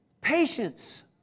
patience